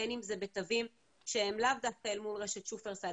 בין אם זה בתווים שהם לאו דווקא אל מול רשת שופרסל